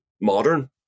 modern